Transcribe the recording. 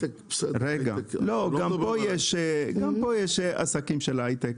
גם פה יש עסקים של הייטק,